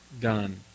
done